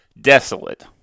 desolate